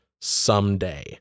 someday